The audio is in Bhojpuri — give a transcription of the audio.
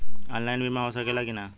ऑनलाइन बीमा हो सकेला की ना?